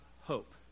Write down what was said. hope